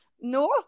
No